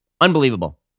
Unbelievable